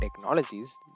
technologies